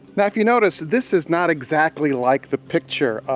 now if you notice, this is not exactly like the picture.